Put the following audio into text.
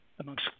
amongst